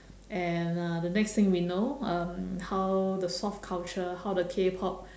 and uh the next thing we know um how the soft culture how the Kpop